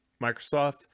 microsoft